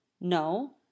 no